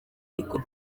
ariko